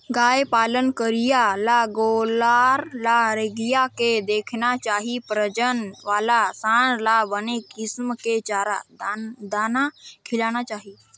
गाय पालन करइया ल गोल्लर ल रेंगाय के देखना चाही प्रजनन वाला सांड ल बने किसम के चारा, दाना खिलाना चाही